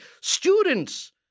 students